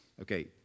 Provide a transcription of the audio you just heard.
okay